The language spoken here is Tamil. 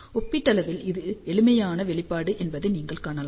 ஒப்பீட்டளவில் இது எளிமையான வெளிப்பாடு என்பதை நீங்கள் காணலாம்